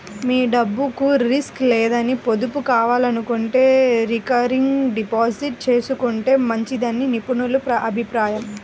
మీ డబ్బుకు రిస్క్ లేని పొదుపు కావాలనుకుంటే రికరింగ్ డిపాజిట్ చేసుకుంటే మంచిదని నిపుణుల అభిప్రాయం